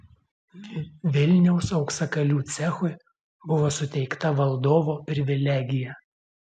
vilniaus auksakalių cechui buvo suteikta valdovo privilegija